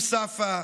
אום צפא,